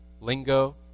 lingo